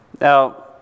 Now